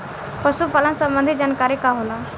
पशु पालन संबंधी जानकारी का होला?